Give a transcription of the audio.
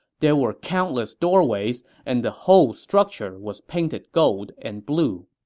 there were countless doorways, and the whole structure was painted gold and blue.